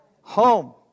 Home